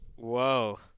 Whoa